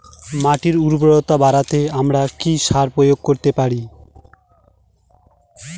মাটির উর্বরতা বাড়াতে আমরা কি সার প্রয়োগ করতে পারি?